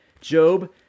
Job